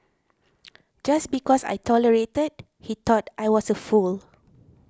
just because I tolerated he thought I was a fool